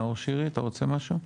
נאור שירי, אתה רוצה משהו?